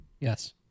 Yes